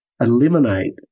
eliminate